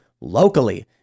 locally